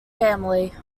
family